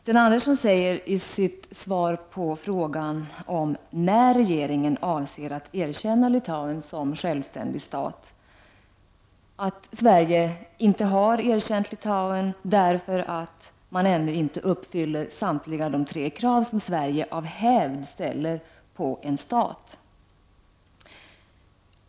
Sten Andersson säger i sitt svar på frågan om när regeringen avser att erkänna Litauen som självständig stat, att Sverige inte har erkänt Litauen, därför att Litaun ännu inte uppfyller samtliga tre krav som Sverige av hävd ställer på en stat.